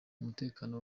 umutekano